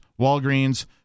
Walgreens